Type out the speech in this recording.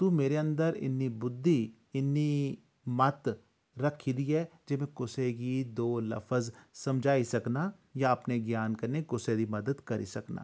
तू मेरे अंदर इन्नी बुद्धि इन्नी मत रखी दी ऐ जे में कुसै गी दो लफज समझाई सकना जां अपने ज्ञान कन्नै कुसा दी मदद करी सकना